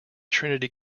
trinity